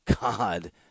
God